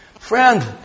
Friend